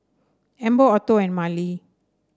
Amber Otto and Marely